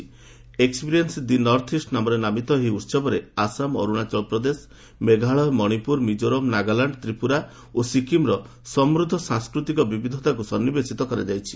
'experience the North East ନାମରେ ନାମିତ ଏହି ଉହବରେ ଆସାମ ଅରୁଣାଚଳ ପ୍ରଦେଶ ମେଘାଳୟ ମଣିପୁର ମିଜୋରାମ ନାଗାଲାଣ୍ଡ ତ୍ରିପୁରା ଓ ସିକିମ୍ର ସମୃଦ୍ଧ ସଂସ୍କୃତିକ ବିବିଧତାକୁ ସନ୍ନିବେଶିତ କରାଯାଇଛି